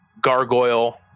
gargoyle